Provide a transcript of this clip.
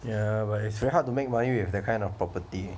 ya but it's very hard to make money with that kind of property